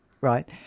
right